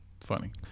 Funny